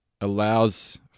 allows